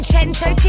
Cento